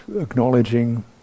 acknowledging